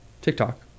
TikTok